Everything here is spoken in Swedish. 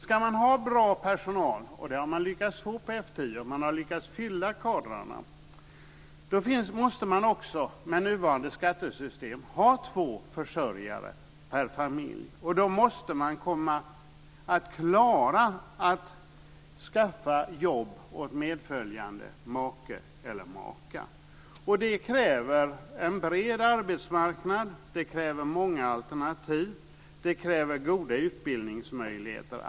Ska man ha bra personal - det har man lyckats få på F 10, och man har lyckats fylla kadrarna - måste man också med nuvarande skattesystem ha två försörjare per familj, och då måste man klara att skaffa jobb åt medföljande make eller maka. Det kräver en bred arbetsmarknad. Det kräver många alternativ. Det kräver goda utbildningsmöjligheter.